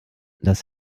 das